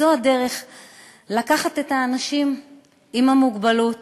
לקחת את האנשים עם המוגבלות,